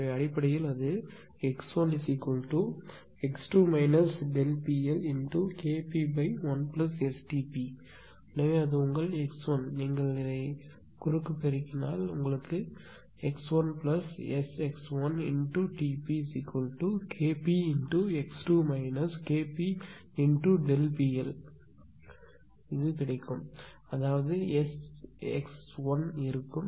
எனவே அடிப்படையில் அது இருக்கும் x1x2 ΔPLKp1STp எனவே அது உங்கள் x 1 நீங்கள் குறுக்கு பெருக்கலாம் அதாவது அது இருக்கும் x1Sx1TpKpx2 KpPL அதாவது Sx1 இருக்கும்